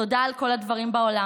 תודה על כל הדברים בעולם,